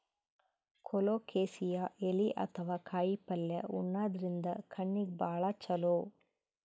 colocasia ಎಲಿ ಅಥವಾ ಕಾಯಿಪಲ್ಯ ಉಣಾದ್ರಿನ್ದ ಕಣ್ಣಿಗ್ ಭಾಳ್ ಛಲೋ